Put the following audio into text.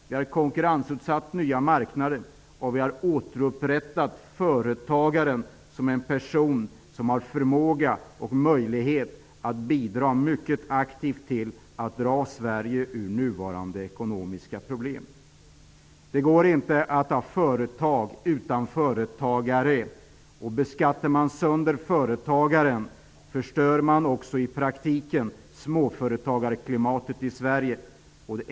Vi har konkurrensutsatt nya marknader, och vi har återupprättat företagaren som en person som har förmåga och möjlighet att bidra mycket aktivt till att föra Sverige ut ur nuvarande ekonomiska problem. Det går inte att ha företag utan företagare. Beskattar man sönder företagaren förstör man också i praktiken småföretagarklimatet i Sverige.